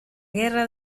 guerra